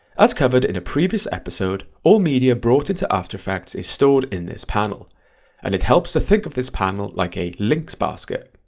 as covered in a previous episode all media brought into after effects is stored in this panel and it helps to think of this panel like a links basket.